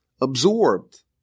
absorbed